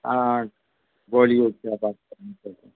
ہاں ہاں بولیے کیا بات کرنی